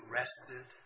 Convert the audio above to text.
rested